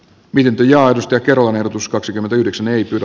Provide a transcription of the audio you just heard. vienti ja jakeluun ehdotus kaksikymmentäyhdeksän ei kyllä